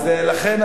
לכן,